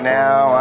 now